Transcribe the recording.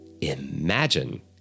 imagine